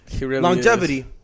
Longevity